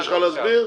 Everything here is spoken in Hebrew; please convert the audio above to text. תסביר.